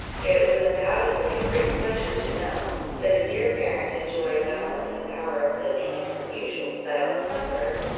yet it was undoubtedly a great pleasure to know that a dear parent enjoyed not only the power of living in her usual style of comfort,